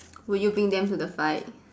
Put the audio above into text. would you bring them to the fight